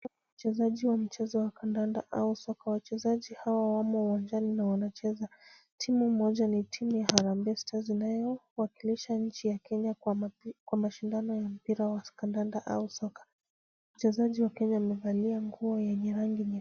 Mchezaji wa mchezo wa kandanda au soka. Wachezaji Hawa wamo uwanjani na wanacheza .Timu Moja ni timu ya Harambee Stars inayowakilisha nchi ya Kenya kwa mashindano ya mpira wa kandanda au soka. Wachezaji wa Kenya wamevalia nguo yenye rangi nyekundu.